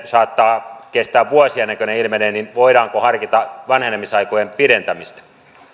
saattaa kestää vuosia ennen kuin vuotavat öljysäiliöt ja tällaiset ilmenevät voidaanko harkita vanhenemisaikojen pidentämistä